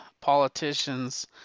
politicians